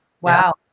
Wow